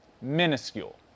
minuscule